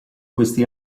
questi